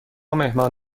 مهمان